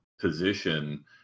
position